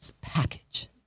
package